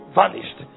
vanished